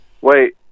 Wait